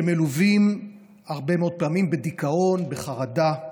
שמלווים הרבה מאוד פעמים בדיכאון, בחרדה.